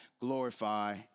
glorify